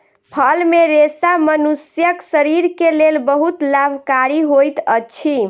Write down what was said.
फल मे रेशा मनुष्यक शरीर के लेल बहुत लाभकारी होइत अछि